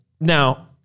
Now